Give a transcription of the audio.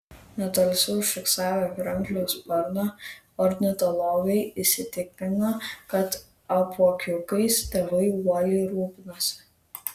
netoliese užfiksavę kranklio sparną ornitologai įsitikino kad apuokiukais tėvai uoliai rūpinasi